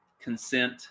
consent